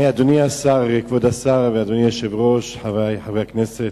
כבוד השר, אדוני היושב-ראש, חברי חברי הכנסת,